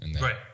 Right